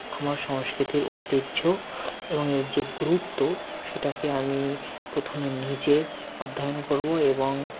আমার সংস্কৃতির ঐতিহ্য এবং এর যে গুরুত্ব সেটাকে আমি প্রথমে নিজে অধ্যয়ন করবো এবং